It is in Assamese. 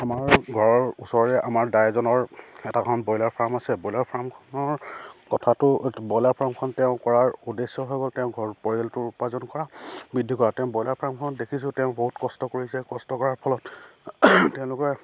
আমাৰ ঘৰৰ ওচৰৰে আমাৰ দাই এজনৰ এটা এখন ব্ৰইলাৰ ফাৰ্ম আছে ব্ৰইলাৰ ফাৰ্মখনৰ কথাটো ব্ৰইলাৰ ফাৰ্মখন তেওঁ কৰাৰ উদ্দেশ্য হৈ গ'ল তেওঁ ঘৰ পৰিয়ালটোৰ উপাৰ্জন কৰা বৃদ্ধি কৰা তেওঁ ব্ৰইলাৰ ফাৰ্মখনত দেখিছোঁ তেওঁ বহুত কষ্ট কৰিছে কষ্ট কৰাৰ ফলত তেওঁলোকে